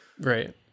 Right